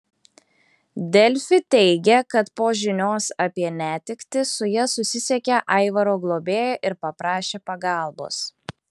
delfi teigė kad po žinios apie netektį su ja susisiekė aivaro globėja ir paprašė pagalbos